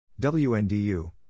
WNDU